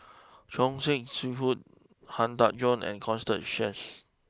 Choor Singh Sidhu Han Tan Juan and Constance Sheares